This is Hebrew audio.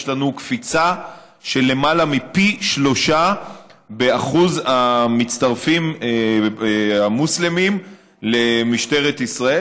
יש לנו קפיצה של למעלה מפי שלושה באחוז המצטרפים המוסלמים למשטרת ישראל,